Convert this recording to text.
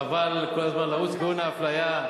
חבל כל הזמן לרוץ לכיוון האפליה.